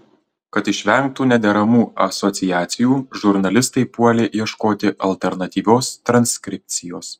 kad išvengtų nederamų asociacijų žurnalistai puolė ieškoti alternatyvios transkripcijos